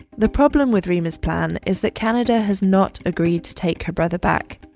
the problem with reema's plan is that canada has not agreed to take her brother back,